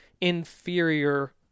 inferior